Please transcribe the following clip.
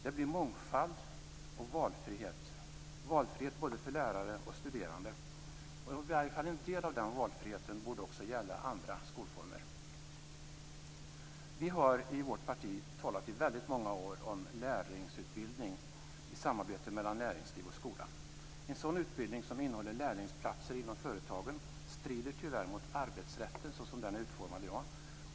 Det blir mångfald och valfrihet både för lärare och studerande. En del av den valfriheten borde också gälla andra skolformer. Vi har i vårt parti talat i väldigt många år om lärlingsutbildning i samarbete mellan näringsliv och skola. En sådan utbildning, som innehåller lärlingsplatser inom företagen, strider tyvärr mot arbetsrätten såsom den är utformad i dag.